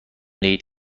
دهید